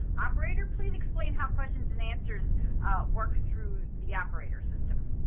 operator, please explain how questions and answers work through the operator system.